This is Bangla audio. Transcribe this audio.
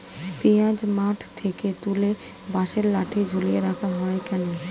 পিঁয়াজ মাঠ থেকে তুলে বাঁশের লাঠি ঝুলিয়ে রাখা হয় কেন?